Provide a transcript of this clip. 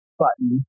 button